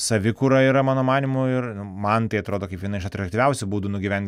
savikūra yra mano manymu ir man tai atrodo kaip viena iš atraktyviausių būdų nugyvent